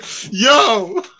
Yo